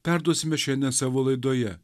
perduosime šiandien savo laidoje